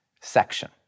section